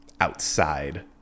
outside